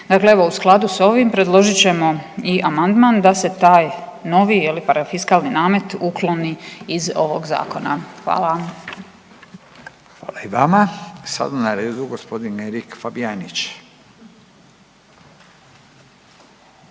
Dakle, evo u skladu s ovim predložit ćemo i amandman da se taj novi je li parafiskalni namet ukloni iz ovog zakona. Hvala. **Radin, Furio (Nezavisni)** Hvala i vama. Sad je na redu g. Erik Fabijanić.